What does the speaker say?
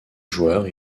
joueur